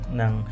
ng